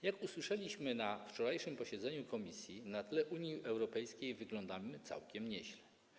Jak usłyszeliśmy na wczorajszym posiedzeniu komisji, na tle Unii Europejskiej wyglądamy całkiem nieźle.